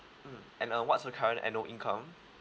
mm and uh what's your current annual income